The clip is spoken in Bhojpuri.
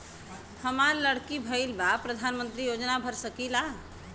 हमार लड़की भईल बा प्रधानमंत्री योजना भर सकीला?